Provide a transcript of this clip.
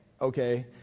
okay